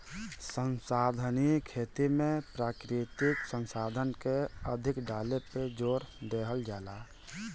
संसाधनीय खेती में प्राकृतिक संसाधन के अधिक डाले पे जोर देहल जाला